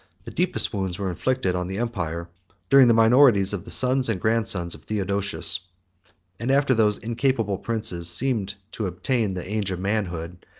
the deepest wounds were inflicted on the empire during the minorities of the sons and grandsons of theodosius and, after those incapable princes seemed to attain the age of manhood,